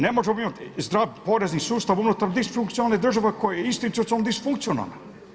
Ne možemo mi imati zdrav porezni sustav unutar disfunkcionalne države koja je institucionalno disfunkcionalna.